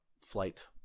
flight